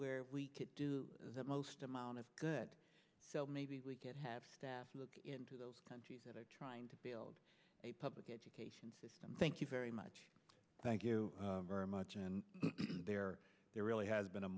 where we could do the most amount of good so maybe we could have staff look into those countries that are trying to build a public education system thank you very much thank you very much and there really has been a